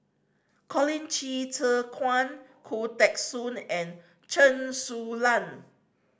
Colin Qi Zhe Quan Khoo Teng Soon and Chen Su Lan